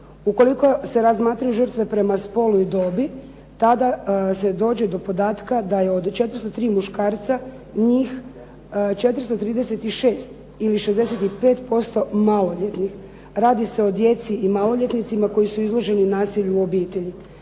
Ukoliko se razmatraju žrtve prema spolnoj dobi, tada se dođe do podatka da je od 403 muškarca njih 436 ili 65% maloljetnih. Radi se o djeci i maloljetnicima koji su izloženi nasilju u obitelji.